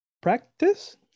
practice